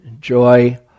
joy